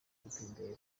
gutembera